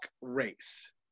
race